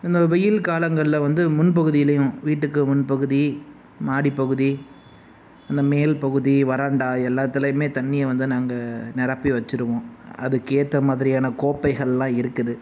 இந்த வெயில் காலங்களில் வந்து முன்பகுதியிலையும் வீட்டுக்கு முன் பகுதி மாடிப்பகுதி அந்த மேல் பகுதி வராண்டா எல்லாத்துலையுமே தண்ணியை வந்து நாங்கள் நிரப்பி வச்சுருவோம் அதுக்கேற்ற மாதிரியான கோப்பைகள்லாம் இருக்குது